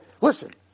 listen